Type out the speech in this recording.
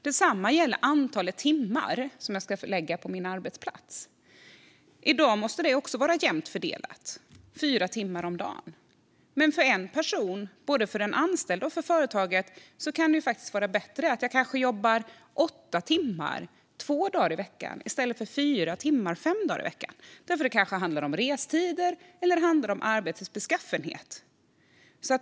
Detsamma gäller det antal timmar som man ska förlägga på sin arbetsplats. I dag måste även detta vara jämnt fördelat - fyra timmar om dagen. Men för en person kan det både för den anställda och för företaget vara bättre att man jobbar i åtta timmar två dagar i veckan i stället för i fyra timmar fem dagar i veckan. Det kan handla om restider eller arbetets beskaffenhet.